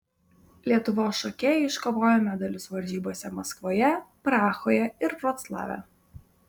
lietuvos šokėjai iškovojo medalius varžybose maskvoje prahoje ir vroclave